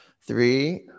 Three